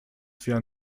via